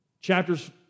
chapters